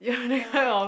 like